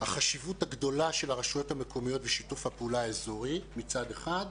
החשיבות הגדולה של הרשויות המקומיות ושיתוף הפעולה האזורי מצד אחד,